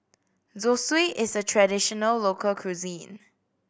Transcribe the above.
zosui is a traditional local cuisine